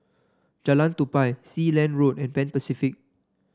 Jalan Tupai Sealand Road and Pan Pacific